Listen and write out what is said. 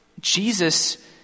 Jesus